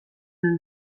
den